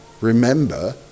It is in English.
remember